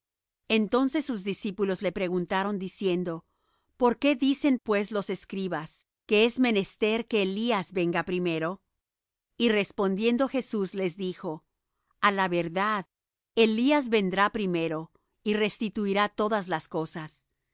entonces sus discípulos le preguntaron diciendo por qué dicen pues los escribas que es menester que elías venga primero y respondiendo jesús les dijo á la verdad elías vendrá primero y restituirá todas las cosas mas